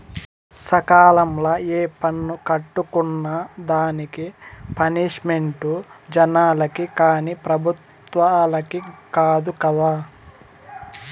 సకాలంల ఏ పన్ను కట్టుకున్నా దానికి పనిష్మెంటు జనాలకి కానీ పెబుత్వలకి కాదు కదా